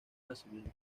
nacimiento